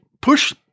push